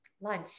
lunch